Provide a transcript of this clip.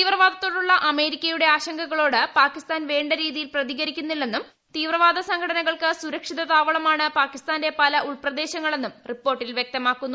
തീവ്രവാദത്തോടുള്ള അമേരിക്കയുടെ ആശങ്കകളോട് പാകിസ്ഥാൻ വേണ്ട പ്രതികരിക്കുന്നില്ലെന്നും തീവ്രവാദ സംഘടനകൾക്ക് സുരക്ഷിത താവളമാണ് പാകിസ്ഥാന്റെ പല ഉൾപ്രദേശങ്ങളെന്നും റിപ്പോർട്ടിൽ വ്യക്തമാക്കുന്നു